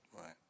Right